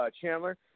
Chandler